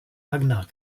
ragnar